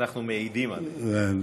אנחנו מעידים עליהן.